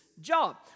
job